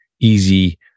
easy